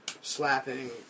slapping